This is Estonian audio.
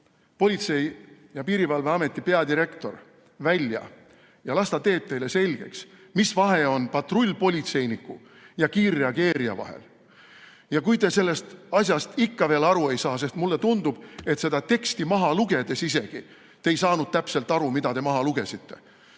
Politsei‑ ja Piirivalveameti peadirektor välja ja las ta teeb teile selgeks, mis vahe on patrullpolitseiniku ja kiirreageerija vahel. Ja kui te sellest asjast ikka veel aru ei ole saanud (mulle tundub, et isegi seda teksti maha lugedes te ei saanud täpselt aru, mida te maha lugesite